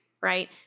Right